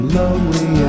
lonely